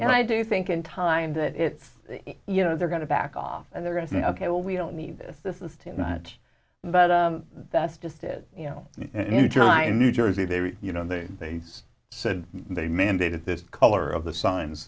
and i do think in time that it's you know they're going to back off and they're at the ok well we don't need this this is too much but that's just it you know you try a new jersey they you know they they said they mandated this color of the signs